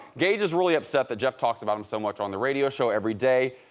gage is really upset that jeff talks about him so much on the radio show every day.